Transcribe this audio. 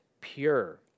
pure